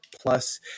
plus